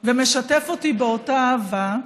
ומשתפים אותי באותה אהבה.